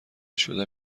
شده